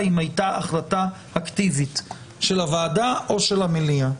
אם הייתה החלטה אקטיבית של הוועדה או של המליאה.